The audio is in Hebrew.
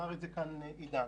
עידן,